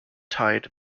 tied